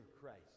Christ